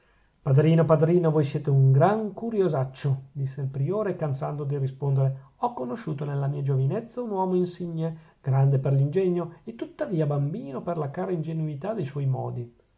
padrino padrino voi siete un gran curiosaccio disse il priore cansando di rispondere ho conosciuto nella mia giovinezza un uomo insigne grande per l'ingegno e tuttavia bambino per la cara ingenuità de suoi modi